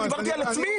דיברתי על עצמי.